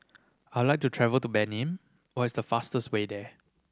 I'd like to travel to Benin what is the fastest way there